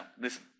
listen